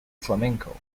flamenco